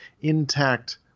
intact